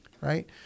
right